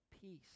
peace